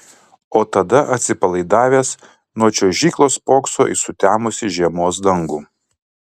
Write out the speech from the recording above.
o tada atsipalaidavęs nuo čiuožyklos spokso į sutemusį žiemos dangų